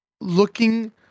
looking